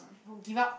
don't give up